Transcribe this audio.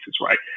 Right